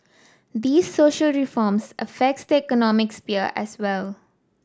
these social reforms affects the economic sphere as well